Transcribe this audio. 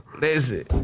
Listen